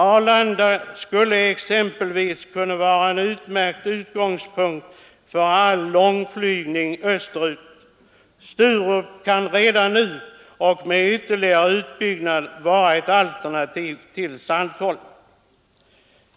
Arlanda skulle exempelvis kunna vara en utmärkt utgångspunkt för alla långflygningar österut. Sturup kan redan nu och med ytterligare utbyggnad vara ett alternativ till Saltholm.